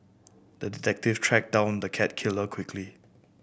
the detective tracked down the cat killer quickly